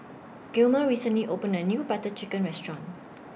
Gilmer recently opened A New Butter Chicken Restaurant